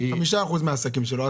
5% או 10% מן העסקים שלו?